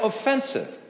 offensive